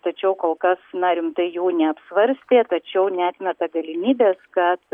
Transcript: tačiau kol kas na rimtai jų neapsvarstė tačiau neatmeta galimybės kad